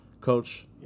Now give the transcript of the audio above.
Coach